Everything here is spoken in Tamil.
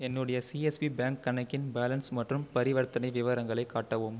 என்னுடைய சிஎஸ்பி பேங்க் கணக்கின் பேலன்ஸ் மற்றும் பரிவர்த்தனை விவரங்களைக் காட்டவும்